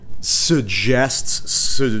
suggests